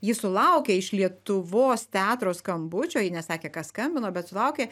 ji sulaukė iš lietuvos teatro skambučio ji nesakė kas skambino bet sulaukė